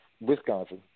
Wisconsin